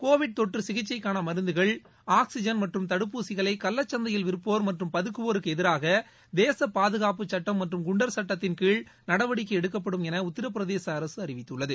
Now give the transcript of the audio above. Covid தொற்று சிகிச்சைக்கான மருந்துகள் ஆக்ஸிஜன் மற்றும் தடுப்பூசிகளை கள்ளச்சந்தையில் விற்போர் மற்றும் பதுக்குவோருக்கு எதிராக தேச பாதுகாப்புச் சுட்டம் மற்றும் குண்டர் சுட்டத்தின் கீழ் நடவடிக்கை எடுக்கப்படும் என உத்திரபிரதேச அரசு அறிவித்துள்ளது